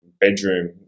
bedroom